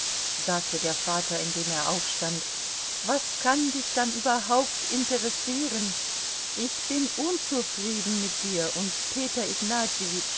sagte der vater indem er aufstand was kann dich dann überhaupt interessieren ich bin unzufrieden mit dir und peter